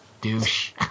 douche